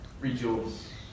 rejoice